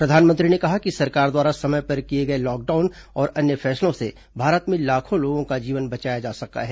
प्रधानमंत्री ने कहा कि सरकार द्वारा समय पर किए गए लॉकडाउन और अन्य फैसलों से भारत में लाखों लोगों का जीवन बचाया जा सका है